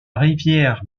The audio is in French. rivière